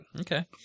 Okay